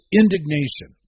indignation